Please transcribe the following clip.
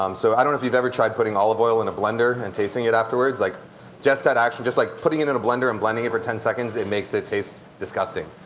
um so i don't know if you've ever tried putting olive oil in the blender and tasting it afterwards. like just that action, just like putting it in a blender and blending it for ten seconds it makes it taste disgusting.